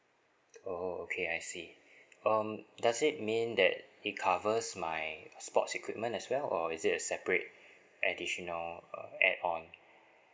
oh okay I see um does it mean that it covers my sports equipment as well or is it a separate additional uh add on